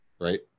right